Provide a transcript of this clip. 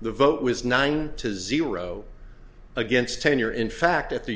the vote was nine to zero against tenure in fact at the